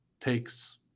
takes